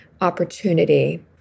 opportunity